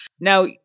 Now